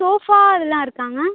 sofa இதெலாம் இருக்காங்க